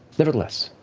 nevertheless,